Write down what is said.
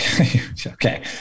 Okay